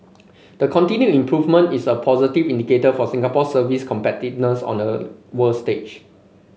the continued improvement is a positive indicator for Singapore's service competitiveness on a world stage